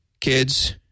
kids